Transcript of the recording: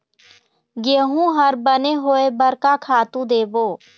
गेहूं हर बने होय बर का खातू देबो?